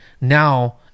now